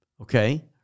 okay